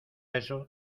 eso